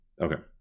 Okay